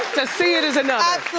to see it is another.